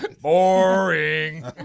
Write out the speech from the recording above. Boring